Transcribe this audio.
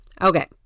Okay